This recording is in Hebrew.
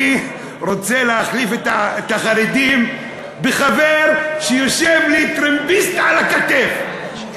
אני רוצה להחליף בחרדים את החבר שיושב לי טרמפיסט על הכתף,